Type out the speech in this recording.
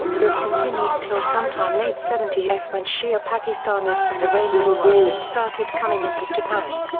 this continued till sometime late seventy s when shia pakistanis and iranian workers started coming into japan.